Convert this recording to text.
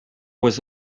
was